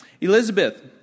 Elizabeth